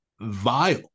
vile